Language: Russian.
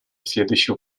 следующего